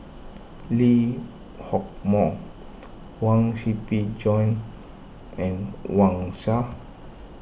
Lee Hock Moh Huang Shiqi Joan and Wang Sha